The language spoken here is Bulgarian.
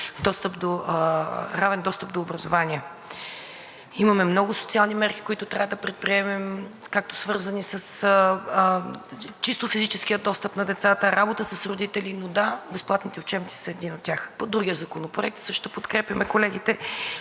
равен достъп до образование. Имаме много социални мерки, които трябва да предприемем, както свързани с чисто физическия достъп на децата, работа с родители, но да, безплатните учебници са една от тях. По другия Законопроект също подкрепяме колегите,